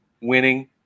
winning